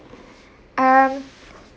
um